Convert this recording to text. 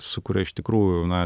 su kuriuo iš tikrųjų na